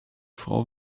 frau